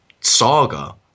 saga